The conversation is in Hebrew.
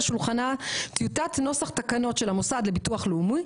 שולחנה טיוטת נוסח תקנות של המוסד לביטוח לאומי,